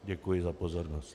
Děkuji za pozornost.